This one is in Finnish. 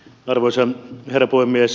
arvoisa herra puhemies